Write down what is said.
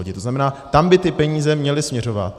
To znamená, tam by ty peníze měly směřovat.